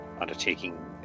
undertaking